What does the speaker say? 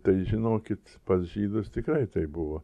tai žinokit pas žydus tikrai taip buvo